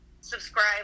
Subscribe